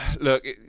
look